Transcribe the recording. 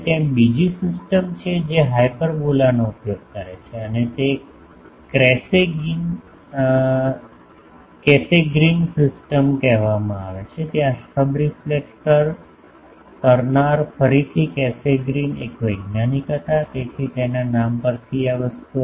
હવે ત્યાં બીજી સિસ્ટમ છે જે હાઈપરબોલાનો ઉપયોગ કરે છે અને તેને કેસેગ્રીન સિસ્ટમ કહેવામાં આવે છે ત્યાં સબરીફલેક્ટર્સ કરનાર ફરીથી કેસેગ્રીન એક વૈજ્ઞાનિક હતા તેથી તેના નામ પર આ વસ્તુ